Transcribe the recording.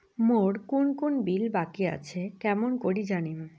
মোর কুন কুন বিল বাকি আসে কেমন করি জানিম?